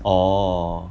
orh